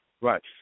right